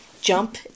jump